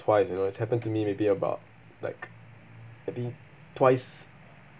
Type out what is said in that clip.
or twice you know it's happened to me maybe about like I think twice